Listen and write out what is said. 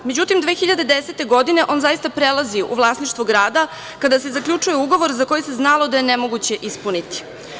Međutim, 2010. godine on zaista prelazi u vlasništvo grada kada se zaključuje ugovor za koji se znalo da je nemoguće ispuniti.